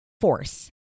force